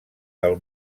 del